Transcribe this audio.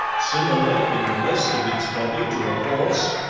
similar in the rest of its body to a horse,